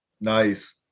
Nice